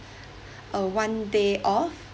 uh one day off